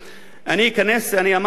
אני אכנס, אני אמרתי דהמש כדוגמה,